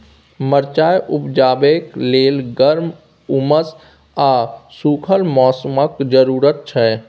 मरचाइ उपजेबाक लेल गर्म, उम्मस आ सुखल मौसमक जरुरत छै